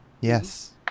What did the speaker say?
Yes